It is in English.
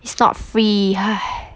it's not free !hais!